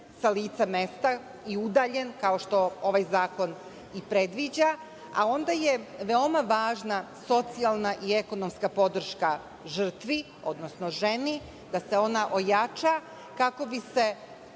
sa lica mesta i udaljen, kao što ovaj zakon i predviđa, a onda je veoma važna socijalna i ekonomska podrška žrtvi, odnosno ženi da se ona ojača, kako bi se